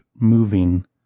moving